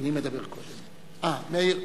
את צודקת,